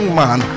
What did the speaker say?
man